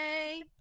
Hey